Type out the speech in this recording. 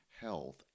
health